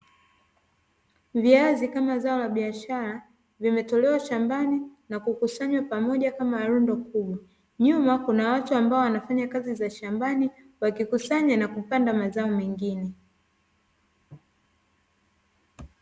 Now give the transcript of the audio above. Viazi kama zao la biashara vimetolewa shambani na kukusanywa pamoja kama rundo kubwa, nyuma kuna watu ambao wanafanya kazi za shambani wakikusanya na kupanda mazao mengine.